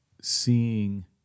seeing